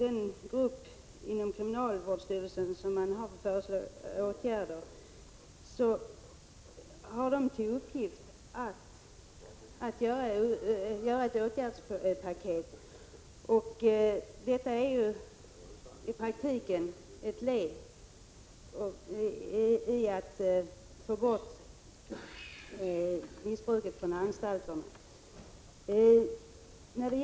En grupp inom kriminalvårdsstyrelsen har till uppgift att göra ett åtgärdspaket mot aids. Det är i praktiken ett led i arbetet att få bort narkotikamissbruket från anstalterna.